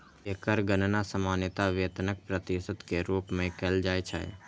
एकर गणना सामान्यतः वेतनक प्रतिशत के रूप मे कैल जाइ छै